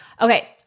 okay